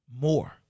more